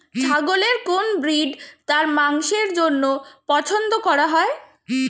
ছাগলের কোন ব্রিড তার মাংসের জন্য পছন্দ করা হয়?